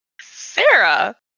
Sarah